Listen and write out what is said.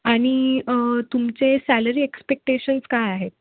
आणि तुमचे salary expectations काय आहेत